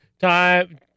time